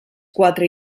quatre